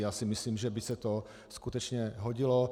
Já si myslím, že by se to skutečně hodilo.